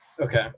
Okay